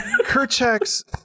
Kerchak's